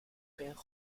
père